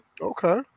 okay